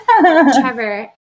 Trevor